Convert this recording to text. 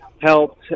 helped